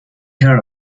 care